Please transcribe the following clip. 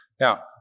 Now